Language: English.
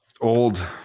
Old